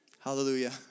hallelujah